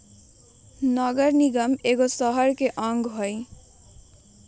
नगर निगम एगो शहरके अङग हइ